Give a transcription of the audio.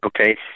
Okay